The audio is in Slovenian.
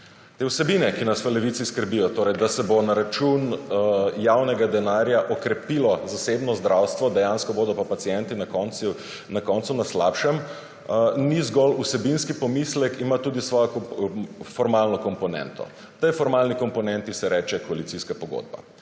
Te vsebine, ki nas v Levici skrbijo, torej da se bo na račun javnega denarja okrepilo zasebno zdravstvo, dejansko bodo pa pacienti na koncu na slabšem, ni zgolj vsebinski pomislek, ima tudi svojo formalno komponento. Tej formalni komponenti se reče koalicijska pogodba.